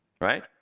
Right